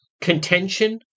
contention